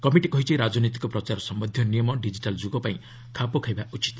committee କହିଛି ରାଜନୈତିକ ପ୍ରଚାର ସମ୍ୟନ୍ଧୀୟ ନିୟମ ଡିଜିଟାଲ୍ ଯୁଗପାଇଁ ଖାପଖାଇବା ଉଚିତ